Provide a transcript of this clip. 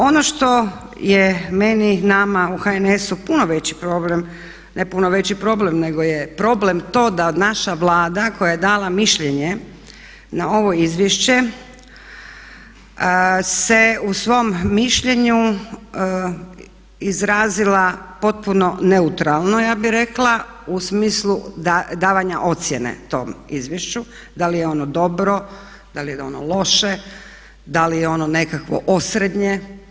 Ono što je meni, nama u HNS-u puno veći problem, ne puno veći problem nego je problem to da naša Vlada koja je dala mišljenje na ovo izvješće se u svom mišljenju izrazila potpuno neutralno ja bih rekao u smislu davanja ocjene tom izvješću da li je ono dobro, da li je ono loše, da li je ono nekakvo osrednje.